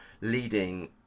leading